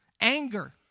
Anger